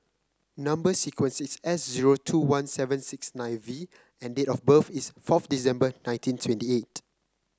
number sequence is S zero two one seven six nine V and date of birth is fourth December nineteen twenty eight